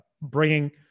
bringing